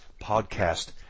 podcast